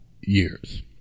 years